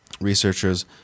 Researchers